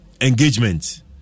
engagement